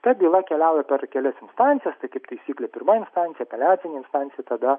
tad byla keliauja per kelias instancijas tai kaip taisyklė pirma instancija apeliacinė instancija tada